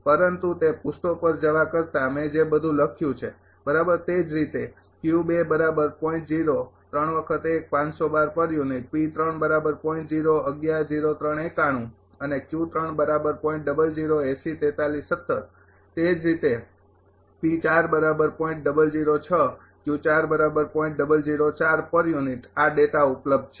પરંતુ તે પૃષ્ઠો પર જવા કરતાં મેં જે બધુ લખ્યું છે બરાબર તે જ રીતે અને તે જ રીતે આ ડેટા ઉપલબ્ધ છે